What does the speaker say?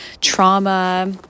trauma